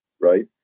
right